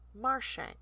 Marshank